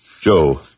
Joe